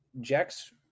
Jack's